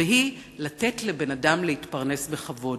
והיא לתת לבן-אדם להתפרנס בכבוד.